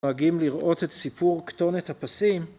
נוהגים לראות את סיפור כתונת הפסים.